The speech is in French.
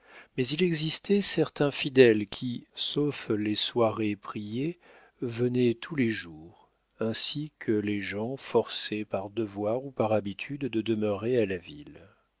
mais il existait certains fidèles qui sauf les soirées priées venaient tous les jours ainsi que les gens forcés par devoir ou par habitude de demeurer à la ville